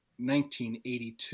1982